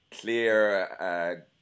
clear